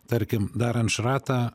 tarkim darant šratą